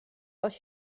als